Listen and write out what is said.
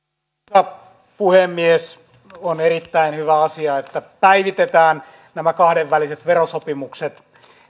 arvoisa puhemies on erittäin hyvä asia että päivitetään nämä kahdenväliset verosopimukset